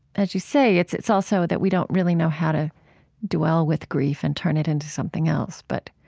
as you say, it's it's also that we don't really know how to dwell with grief and turn it into something else. but